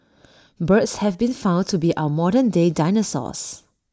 birds have been found to be our modern day dinosaurs